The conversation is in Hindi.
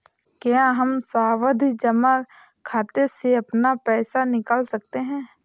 क्या हम सावधि जमा खाते से अपना पैसा निकाल सकते हैं?